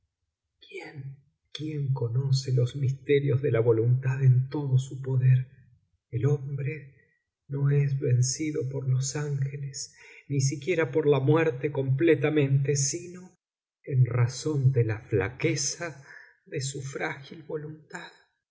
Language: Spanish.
quién quién conoce los misterios de la voluntad en todo su poder el hombre no es vencido por los ángeles ni siquiera por la muerte completamente sino en razón de la flaqueza de su frágil voluntad